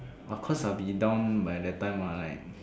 of course I'll be in down by the time what like